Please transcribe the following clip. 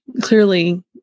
clearly